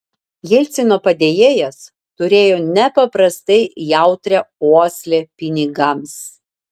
jelcino padėjėjas turėjo nepaprastai jautrią uoslę pinigams